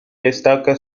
destaca